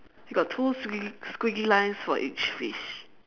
you got two squi~ squiggly lines for each fish